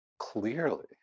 Clearly